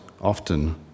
often